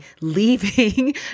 leaving